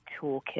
toolkit